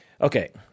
Okay